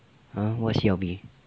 !huh! what C_L_B